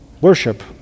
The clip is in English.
worship